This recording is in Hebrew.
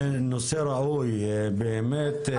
זה נושא ראוי באמת.